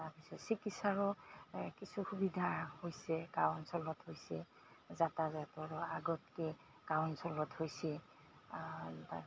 তাৰ পিছত চিকিৎসাৰো কিছু সুবিধা হৈছে গাঁও অঞ্চলত হৈছে যাতায়াতৰো আগতকৈ গাঁও অঞ্চলত হৈছে